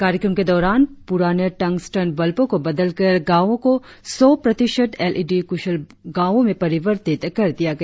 कार्यक्रम के दौरान प्रराने टंगस्टन बल्बों को बदलकर गांवों को सौ प्रतिशत एल ई डी कुशल गांवो में परिवर्तित कर दिया गया